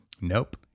Nope